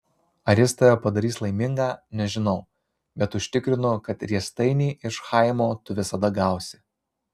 ar jis tave padarys laimingą nežinau bet užtikrinu kad riestainį iš chaimo tu visada gausi